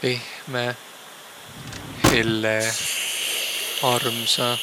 pehmeq, helle, armsa.